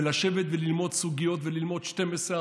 לשבת וללמוד סוגיות וללמוד 12,